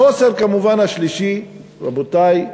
החוסר השלישי, כמובן, רבותי,